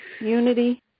unity